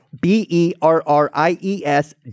B-E-R-R-I-E-S